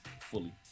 fully